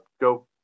go